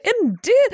Indeed